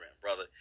brother